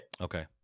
Okay